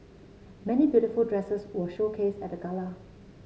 many beautiful dresses were showcased at the Gala